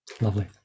Lovely